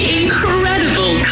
incredible